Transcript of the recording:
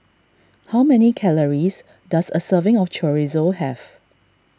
how many calories does a serving of Chorizo have